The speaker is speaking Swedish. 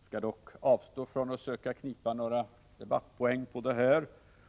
Jag skall dock avstå från att söka knipa några debattpoäng på detta och